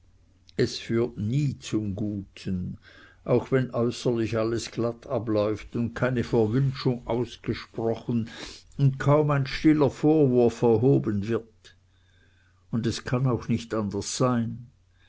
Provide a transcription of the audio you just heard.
es führt nie zum guten auch wenn äußerlich alles glatt abläuft und keine verwünschung ausgesprochen und kaum ein stiller vorwurf erhoben wird und es kann auch nicht anders sein